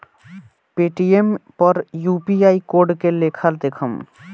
Paytm पर UPI code के लेखा देखम?